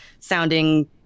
sounding